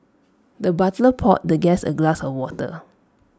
the butler poured the guest A glass of water